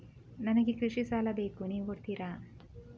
ನನಗೆ ಕೃಷಿ ಸಾಲ ಬೇಕು ನೀವು ಕೊಡ್ತೀರಾ?